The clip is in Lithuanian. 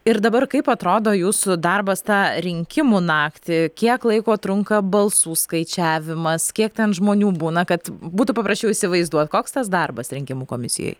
ir dabar kaip atrodo jūsų darbas tą rinkimų naktį kiek laiko trunka balsų skaičiavimas kiek ten žmonių būna kad būtų paprasčiau įsivaizduoti koks tas darbas rinkimų komisijoj